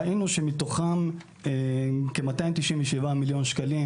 ראינו שמתוכם כ-297 מיליון שקלים